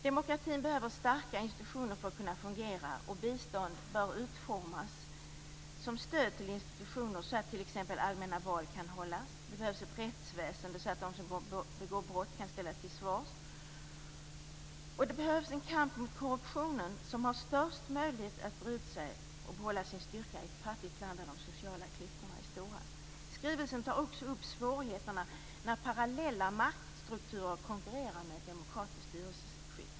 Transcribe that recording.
Demokratin behöver starka institutioner för att kunna fungera. Bistånd bör utformas som stöd till institutioner så att t.ex. allmänna val kan hållas. Det behövs ett rättsväsende så att de som begår brott kan ställas till svars. Det behövs också en kamp mot korruptionen, som har störst möjlighet att breda ut sig och behålla sin styrka i ett fattigt land där de sociala klyftorna är stora. Skrivelsen tar också upp svårigheterna när parallella maktstrukturer konkurrerar med ett demokratiskt styrelseskick.